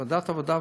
ועדת העבודה,